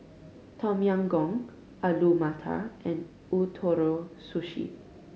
Tom Yam Goong Alu Matar and Ootoro Sushi